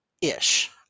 ish